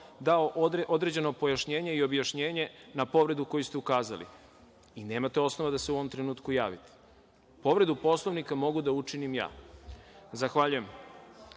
dao određena pojašnjenja i objašnjenje na povredu koju ste ukazali i nemate osnova da se u ovom trenutku javite. Povredu Poslovnika mogu da učinim ja. Zahvaljujem. Na